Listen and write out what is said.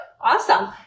Awesome